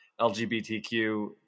LGBTQ